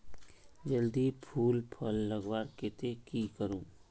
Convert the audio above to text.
जल्दी फूल फल लगवार केते की करूम?